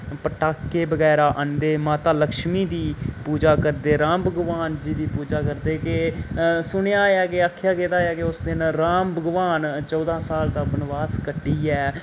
पटाके बगैरा आह्नदे माता लक्ष्मी दी पूजा करदे राम भगवान जी दी पूजा करदे के सुनेया ऐ के आखेया गेदा ऐ केह् उस दिन राम भगवान चौदां साल दा वनवास कट्टियै